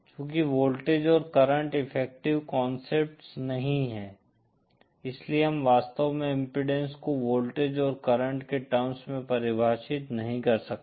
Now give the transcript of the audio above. चूंकि वोल्टेज और current effective concepts नहीं हैं इसलिए हम वास्तव में इम्पीडेन्स को वोल्टेज और करंट के टर्म्स में परिभाषित नहीं कर सकते